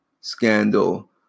scandal